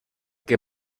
que